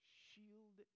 shield